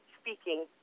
speaking